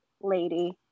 lady